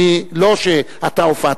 לא שאתה הופעת,